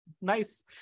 Nice